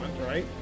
right